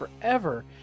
forever